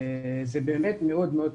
זה באמת מאוד מאוד קשה.